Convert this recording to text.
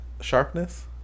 sharpness